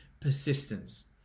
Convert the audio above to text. persistence